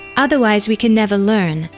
otherwise we can never learn,